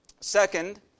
Second